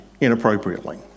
inappropriately